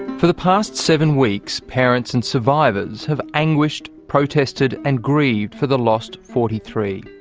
for the past seven weeks, parents and survivors have anguished, protested, and grieved for the lost forty three,